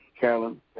Carolyn